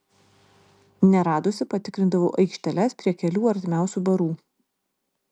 neradusi patikrindavau aikšteles prie kelių artimiausių barų